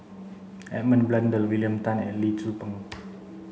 Edmund Blundell William Tan and Lee Tzu Pheng